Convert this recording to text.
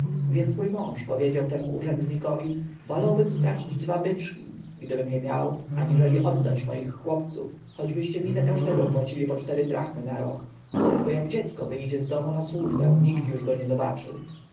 więc mój mąż powiedział temu urzędnikowi wolałbym stracić dwa byczki gdybym je miał aniżeli oddać moich chłopców choćbyście mi za każdego płacili po cztery drachmy na rok bo jak dziecko wyjdzie z domu na służbę nikt go już nie zobaczy